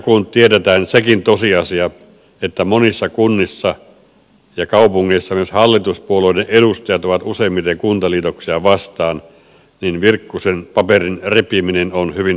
kun tiedetään sekin tosiasia että monissa kunnissa ja kaupungeissa myös hallituspuolueiden edustajat ovat useimmiten kuntaliitoksia vastaan niin virkkusen paperin repiminen on hyvin todennäköistä